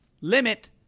limit